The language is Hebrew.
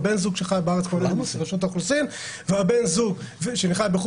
בן הזוג שחי בארץ פונה לרשות האוכלוסין ובן הזוג שחי בחוץ